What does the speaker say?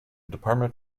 department